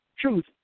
Truth